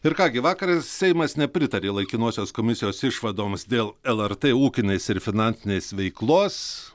ir ką gi vakar seimas nepritarė laikinosios komisijos išvadoms dėl lrt ūkinės ir finansinės veiklos